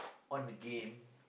on the game